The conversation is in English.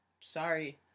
sorry